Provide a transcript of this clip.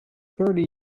thirty